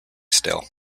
still